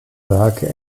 werke